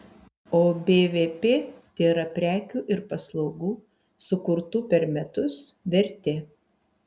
o bvp tėra prekių ir paslaugų sukurtų per metus vertė